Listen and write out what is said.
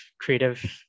creative